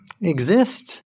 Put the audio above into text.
exist